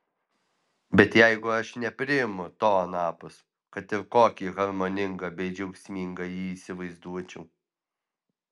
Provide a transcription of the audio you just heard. bet jeigu aš nepriimu to anapus kad ir kokį harmoningą bei džiaugsmingą jį įsivaizduočiau